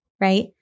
right